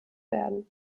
werden